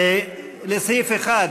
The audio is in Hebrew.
לסעיף 1,